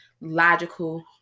logical